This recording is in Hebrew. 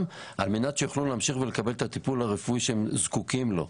על מנת שיוכלו להמשיך ולקבל את הטיפול הרפואי שהם זקוקים לו.